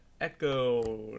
echo